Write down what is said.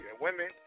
women